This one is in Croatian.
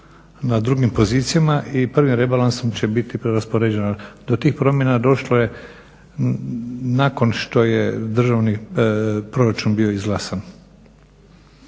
na drugim pozicijama i prvim rebalansom će biti preraspoređena. Do tih promjena došlo je nakon što je državni proračun bio izglasan.